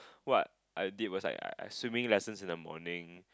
what I did was like I swimming lessons in the morning